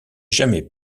jamais